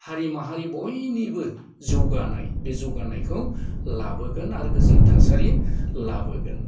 हारि माहारि बयनिबो जौगानाय बे जौगानायखौ लाबोगोन आरो गोजोन थासारि लाबोगोन